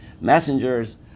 messengers